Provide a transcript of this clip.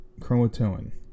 chromatoin